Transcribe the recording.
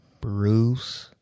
Bruce